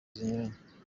zinyuranye